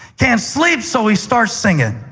can't sleep, so he starts singing.